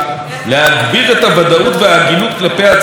להגביר את הוודאות וההגינות כלפי הצרכנים